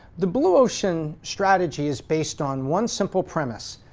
the blue ocean strategy is based on one simple premise.